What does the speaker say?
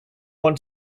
want